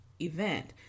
event